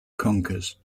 conkers